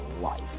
life